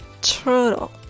turtle